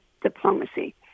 diplomacy